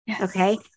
Okay